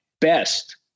best